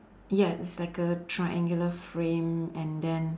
ya it's like a triangular frame and then